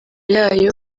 yayo